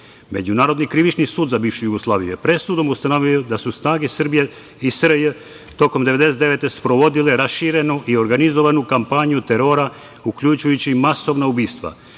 krivični sud za bivšu Jugoslaviju je presudom ustanovio da su snage Srbije i SRJ tokom 1999. godine sprovodile raširenu i organizovanu kampanju terora, uključujući i masovna ubistva.